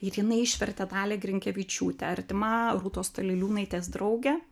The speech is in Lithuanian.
ir jinai išvertė dalią grinkevičiūtę artima rūtos staliliūnaitės draugė